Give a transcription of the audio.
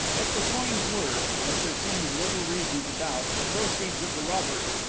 if the coins were, as there seemed little reason to doubt, the proceeds of the robbery,